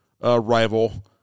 rival